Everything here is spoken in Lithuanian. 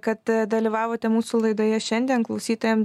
kad dalyvavote mūsų laidoje šiandien klausytojams